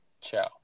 Ciao